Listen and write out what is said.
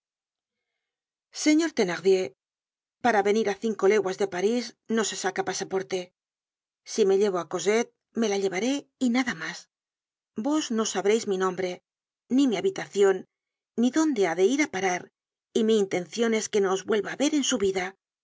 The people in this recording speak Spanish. señor thenardier para venir á cinco leguas de parís no se saca pasaporte si me llevo á cosette me la llevaré y nada mas vos no sabreis mi nombre ni mi habitacion ni dónde ha de ir á parar y mi intencion es que no os vuelva á ver en su vida